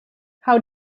how